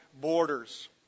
borders